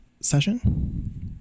session